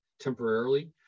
temporarily